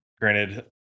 Granted